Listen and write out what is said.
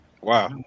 Wow